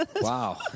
Wow